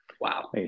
Wow